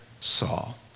Saul